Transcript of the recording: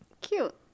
Cute